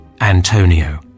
Antonio